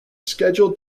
scheduled